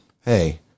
Hey